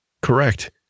Correct